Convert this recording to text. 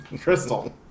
Crystal